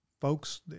folks